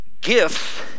Gifts